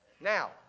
now